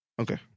Okay